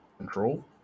Control